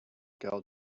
girl